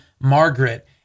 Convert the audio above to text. Margaret